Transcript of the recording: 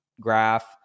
graph